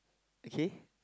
okay